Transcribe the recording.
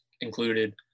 included